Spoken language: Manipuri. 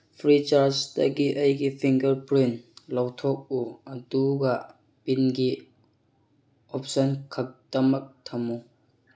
ꯐ꯭ꯔꯤꯆꯥꯔꯖꯇꯒꯤ ꯑꯩꯒꯤ ꯐꯤꯡꯒꯔꯄ꯭ꯔꯤꯟ ꯂꯧꯊꯣꯛꯎ ꯑꯗꯨꯒ ꯄꯤꯟꯒꯤ ꯑꯣꯞꯁꯟ ꯈꯛꯇꯃꯛ ꯊꯝꯃꯨ